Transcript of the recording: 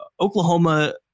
Oklahoma